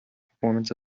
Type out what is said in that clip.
performance